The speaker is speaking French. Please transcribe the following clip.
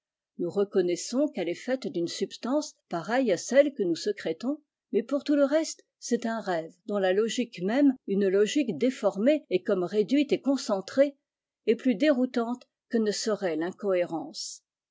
nous reconnaissons qu'elle est faite d'une substance pareille h celle que nous sécrétons mais pour tout le reste c'est un rêve dont la logique même une logique déformée et comme réduite et concentrée est plus déroutante que ne serait rincohérence